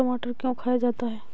टमाटर क्यों खाया जाता है?